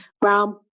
Brown